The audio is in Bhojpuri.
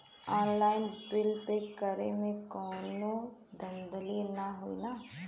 ऑनलाइन बिल पे करे में कौनो धांधली ना होई ना?